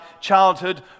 childhood